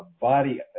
body